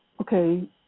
okay